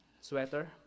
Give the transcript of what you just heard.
sweater